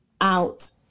out